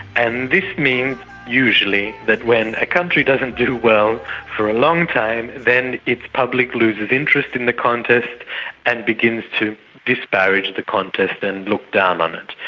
and this means usually that when a country doesn't do well for a long time then its public loses interest in the contest and begins to disparage the contest and look down on it.